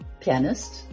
pianist